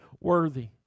worthy